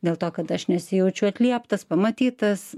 dėl to kad aš nesijaučiau atlieptas pamatytas